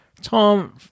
Tom